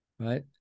right